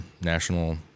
National